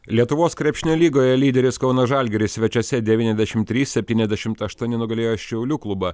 lietuvos krepšinio lygoje lyderis kauno žalgiris svečiuose devyniasdešimt trys septyniasdešimt aštuoni nugalėjo šiaulių klubą